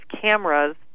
cameras